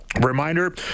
Reminder